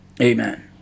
Amen